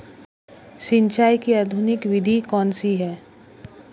सिंचाई की आधुनिक विधि कौनसी हैं?